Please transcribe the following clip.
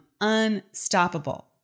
unstoppable